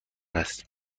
است